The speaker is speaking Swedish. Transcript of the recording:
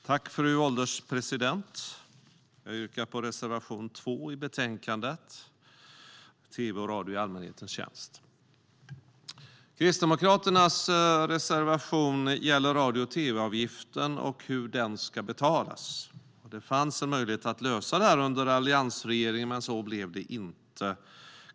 Fru ålderspresident! Jag yrkar bifall till reservation 2 i betänkandet Radio och tv i allmänhetens tjänstKristdemokraternas reservation gäller radio och tv-avgiften och hur den ska betalas. Det fanns en möjlighet att lösa detta under alliansregeringen, men så blev det inte.